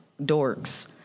dorks